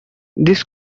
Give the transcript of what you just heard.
this